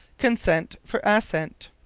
consent for assent.